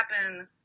happen